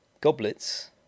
Goblets